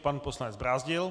Pan poslanec Brázdil.